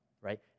right